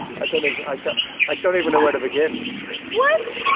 i don't even like ah like don't even know where to begin what?